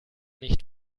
nicht